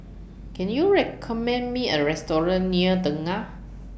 Can YOU recommend Me A Restaurant near Tengah